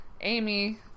Amy